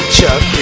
Chuck